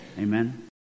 Amen